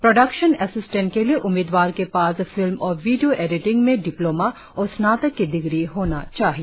production assistant के लिए उम्मीदवार के पास फिल्म और वीडियो एडिटिंग में डिप्लोमा और स्नातक की डिग्री होना चाहिए